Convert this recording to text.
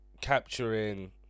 capturing